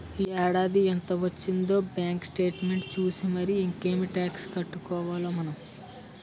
ఈ ఏడాది ఎంత వొచ్చిందే బాంకు సేట్మెంట్ సూసి మరీ ఇంకమ్ టాక్సు కట్టుకోవాలి మనం